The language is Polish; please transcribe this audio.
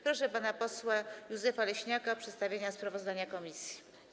Proszę pana posła Józefa Leśniaka o przedstawienie sprawozdania komisji.